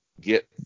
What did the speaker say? get